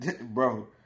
bro